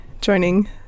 joining